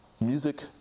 Music